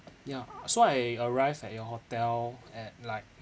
ya so I arrived at your hotel at like